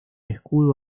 escudo